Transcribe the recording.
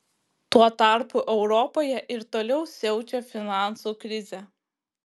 tuo tarpu europoje ir toliau siaučia finansų krizė